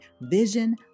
Vision